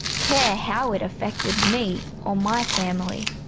care how it affected me or my family,